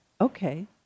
Okay